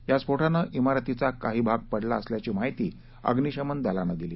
या स्फोटानं इमारतीचा काही भाग पडला असल्याची माहिती अग्निशमन दलानं दिली